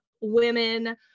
women